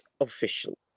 official